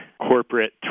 corporate